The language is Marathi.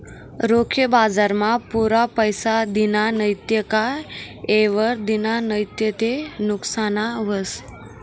रोखे बजारमा पुरा पैसा दिना नैत का येयवर दिना नैत ते नुकसान व्हस